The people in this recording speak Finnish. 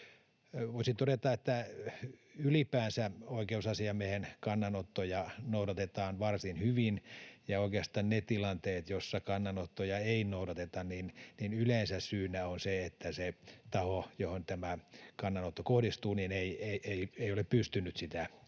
Voisin todeta, että ylipäänsä oikeusasiamiehen kannanottoja noudatetaan varsin hyvin, ja oikeastaan niissä tilanteissa, joissa kannanottoja ei noudateta, yleensä syynä on se, että se taho, johon tämä kannanotto kohdistuu, ei ole pystynyt sitä tekemään.